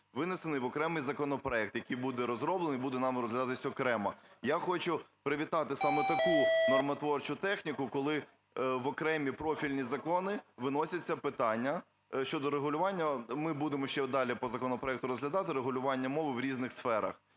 винесений в окремий законопроект, який буде розроблений і буде нами розглядатися окремо. Я хочу привітати саме таку нормотворчу техніку, коли в окремі профільні закони виносяться питання. Щодо регулювання, ми будемо ще далі по законопроекту розглядати регулювання мови в різних сферах